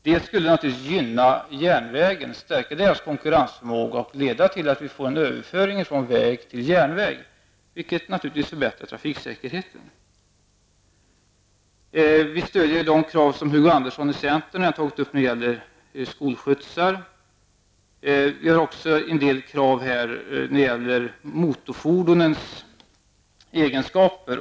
Det skulle naturligtvis gynna järnvägen, stärka dess konkurrensförmåga och leda till att vi får en överföring av transporter från väg till järnväg, vilket naturligtvis förbättrar trafiksäkerheten. Miljöpartiet stöder de krav som Hugo Andersson från centern tog upp angående skolskjutsar. Vi har också en del krav när det gäller motorfordonens egenskaper.